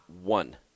one